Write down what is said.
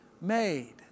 made